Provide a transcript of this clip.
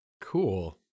Cool